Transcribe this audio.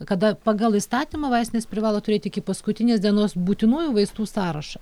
kada pagal įstatymą vaistinės privalo turėti iki paskutinės dienos būtinųjų vaistų sąrašą